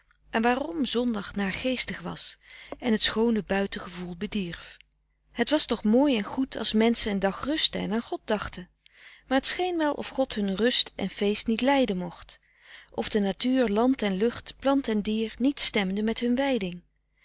en waarom zondag naargeestig was en het schoone buiten gevoel bedierf frederik van eeden van de koele meren des doods het was toch mooi en goed als menschen een dag rusten en aan god dachten maar het scheen wel of god hun rust en feest niet lijden mocht of de natuur land en lucht plant en dier niet stemde met hun wijding